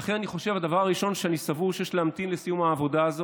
אני חושב שהדבר הראשון שאני סבור הוא שיש להמתין לסיום העבודה.